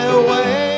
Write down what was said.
away